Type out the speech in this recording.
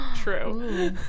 True